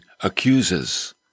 accuses